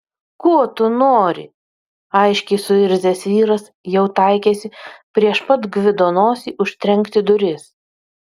ko tu nori aiškiai suirzęs vyras jau taikėsi prieš pat gvido nosį užtrenkti duris